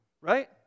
right